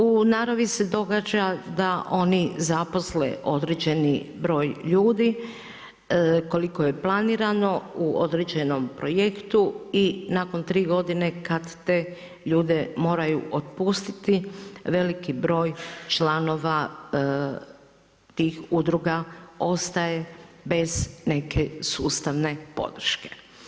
U naravi se događa da oni zaposle određeni broj ljudi, koliko je planirano u određenom projektu i nakon 3 godine kada te ljude moraju otpustiti veliki broj članova tih udruga ostaje bez neke sustavne podrške.